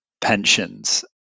pensions